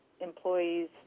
employees